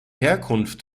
herkunft